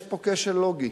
יש פה כשל לוגי,